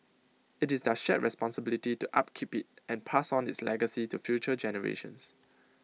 IT is their shared responsibility to upkeep IT and pass on its legacy to future generations